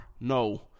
No